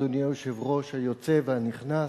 אדוני היושב-ראש היוצא והנכנס,